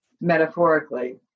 metaphorically